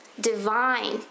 divine